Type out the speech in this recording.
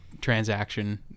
transaction